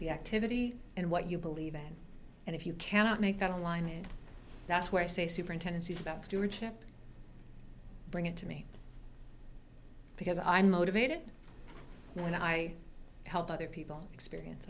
the activity and what you believe in and if you cannot make that alignment that's where i say superintendency about stewardship bring it to me because i'm motivated when i help other people experience